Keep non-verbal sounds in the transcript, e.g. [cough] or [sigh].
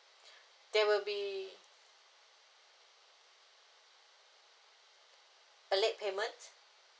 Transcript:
[breath] there will be a late payment